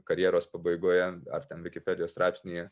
karjeros pabaigoje ar ten vikipedijos straipsnyje